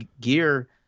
gear